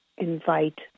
invite